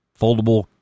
foldable